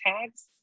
tags